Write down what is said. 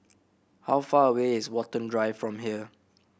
how far away is Watten Drive from here